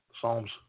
Psalms